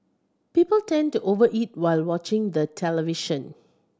people tend to over eat while watching the television